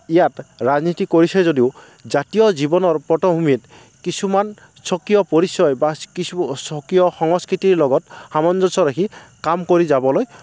ইয়াত ৰাজনীতি কৰিছে যদিও জাতীয় জীৱনৰ পটভূমিত কিছুমান স্বকীয় পৰিচয় বা কিছু স্বকীয় সংস্কৃতিৰ লগত সামঞ্জস্য ৰাখি কাম কৰি যাবলৈ